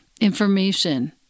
information